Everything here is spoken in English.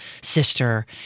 sister